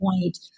point